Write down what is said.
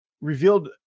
revealed